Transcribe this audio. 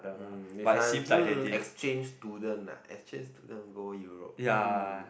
hmm become hmm exchange student ah exchange student go Europe hmm